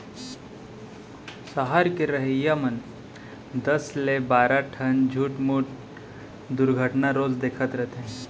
सहर के रहइया मन दस ले बारा ठन छुटमुट दुरघटना रोज देखत रथें